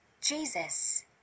Jesus